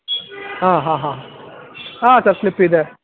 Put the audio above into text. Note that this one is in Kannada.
ಹಾಂ ಹಾಂ ಹಾಂ ಹಾಂ ಸರ್ ಸ್ಲಿಪ್ ಇದೆ